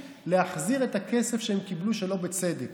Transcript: להחזיר את הכסף שהם קיבלו שלא בצדק.